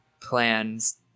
plans